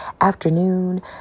afternoon